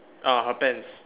ah her pants